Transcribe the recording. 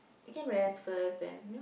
we can rest first then you